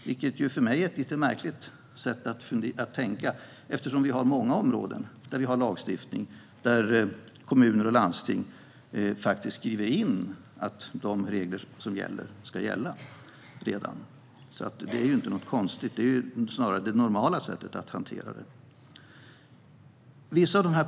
Det är ett märkligt sätt att tänka, enligt mig. Vi har lagstiftning på många områden där kommuner och landsting skriver in att de regler som redan gäller ska gälla. Det är inget konstigt. Det är snarare det normala sättet att hantera det.